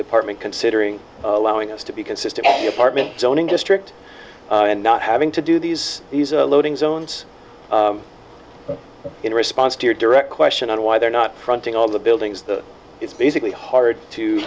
department considering allowing us to be consistently apartment zoning district and not having to do these these are loading zones in response to your direct question on why they're not fronting all the buildings that it's basically hard to